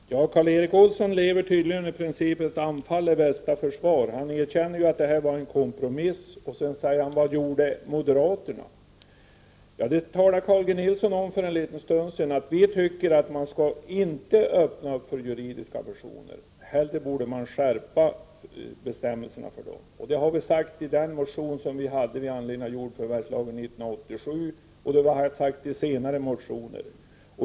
Herr talman! Karl Erik Olsson lever tydligen efter principen att anfall är bästa försvar. Han erkänner att detta var en kompromiss, och sedan frågar han vad moderaterna gjorde. Carl G Nilsson talade för en liten stund sedan om att vi inte tycker att man skall öppna för juridiska personer. Här borde man skärpa bestämmelserna. Det sade vi i den motion som vi väckte med anledning av jordförvärvslagen 1987, och det har vi framfört i senare motioner.